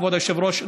כבוד היושב-ראש,